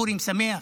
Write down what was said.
פורים שמח?